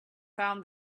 found